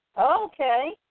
Okay